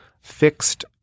fixed